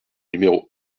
numéro